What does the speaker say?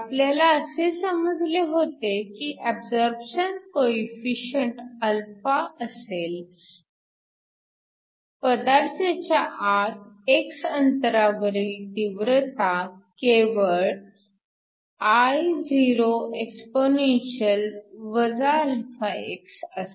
आपल्याला असे समजले होते की ऍबसॉरपशन कोएफिशिअंट α असेल पदार्थाच्या आत x अंतरावरील तीव्रता केवळ Ioexp⁡ αx असते